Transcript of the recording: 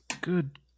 good